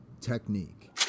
technique